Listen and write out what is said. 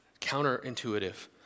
counterintuitive